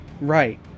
Right